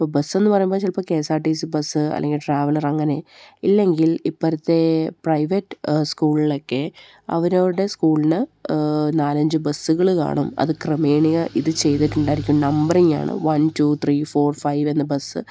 ഇപ്പോള് ബസ്സെന്ന് പറയുമ്പോള് ചിലപ്പോള് K S R T C bus അല്ലെങ്കിൽ ട്രാവലർ അങ്ങനെ ഇല്ലെങ്കിൽ ഇപ്പോഴത്തെ പ്രൈവറ്റ് സ്കൂളിലൊക്കെ അവരുടെ സ്കൂളിന് നാലഞ്ച് ബസ്സുകള് കാണും അത് ഇത് ചെയ്തിട്ടുണ്ടായിരിക്കും നമ്പറിംഗാണ് one two three four five എന്ന ബസ്സ്